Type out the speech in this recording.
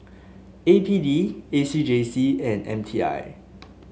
A P D A C J C and M T I